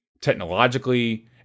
Technologically